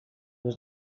was